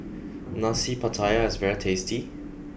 Nasi Pattaya is very tasty